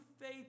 faith